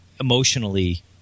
emotionally